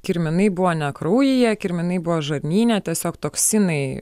kirminai buvo ne kraujyje kirminai buvo žarnyne tiesiog toksinai